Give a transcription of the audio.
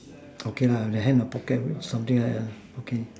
okay lah the hand in pocket something like lah okay